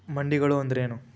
ಮಂಡಿಗಳು ಅಂದ್ರೇನು?